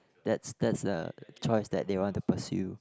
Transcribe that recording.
that's that's the choice that they want to pursue